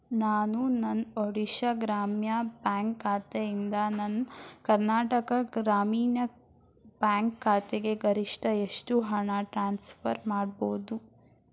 ನಾನು ನನ್ನ ಒಡಿಶಾ ಗ್ರಾಮ್ಯ ಬ್ಯಾಂಕ್ ಖಾತೆಯಿಂದ ನನ್ನ ಕರ್ನಾಟಕ ಗ್ರಾಮೀಣ್ ಬ್ಯಾಂಕ್ ಖಾತೆಗೆ ಗರಿಷ್ಠ ಎಷ್ಟು ಹಣ ಟ್ರಾನ್ಸ್ಫರ್ ಮಾಡ್ಬೌದು